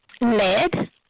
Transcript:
lead